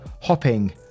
hopping